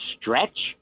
stretch